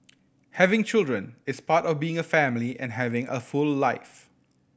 having children is part of being a family and having a full life